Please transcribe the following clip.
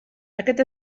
aquest